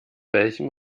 welchem